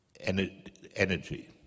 energy